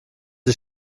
sie